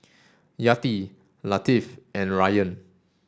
Yati Latif and Ryan